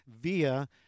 via